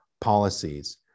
policies